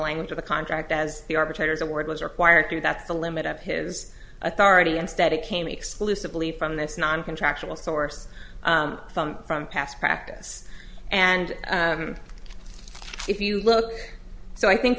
language of the contract as the arbitrators award was required to that's the limit of his authority instead it came exclusively from this non contractual source from past practice and if you look so i think